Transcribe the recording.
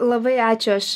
labai ačiū aš